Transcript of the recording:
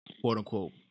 quote-unquote